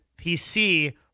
PC